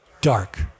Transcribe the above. Dark